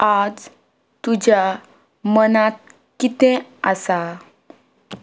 आयज तुज्या मनांत कितें आसा